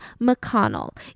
mcconnell